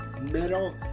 metal